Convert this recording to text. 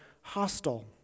hostile